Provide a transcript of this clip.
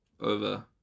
over